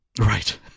Right